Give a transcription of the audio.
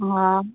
हा